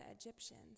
Egyptians